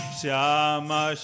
shama